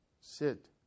sit